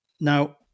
Now